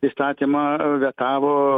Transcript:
įstatymą vetavo